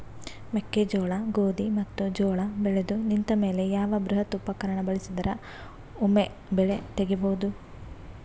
ಮೆಕ್ಕೆಜೋಳ, ಗೋಧಿ ಮತ್ತು ಜೋಳ ಬೆಳೆದು ನಿಂತ ಮೇಲೆ ಯಾವ ಬೃಹತ್ ಉಪಕರಣ ಬಳಸಿದರ ವೊಮೆ ಬೆಳಿ ತಗಿಬಹುದು?